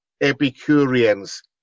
Epicureans